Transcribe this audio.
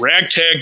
ragtag